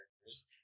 characters